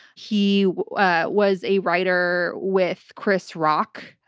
he was a writer with chris rock.